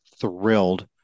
thrilled